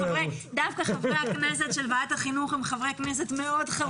דווקא חברי הכנסת של ועדת החינוך הם חברי כנסת מאוד חרוצים.